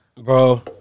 Bro